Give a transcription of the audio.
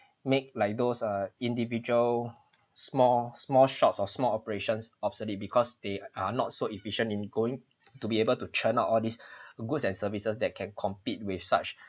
make like those uh individual small small shops or small operations obsolete because they are not so efficient in going to be able to churn out all these goods and services that can compete with such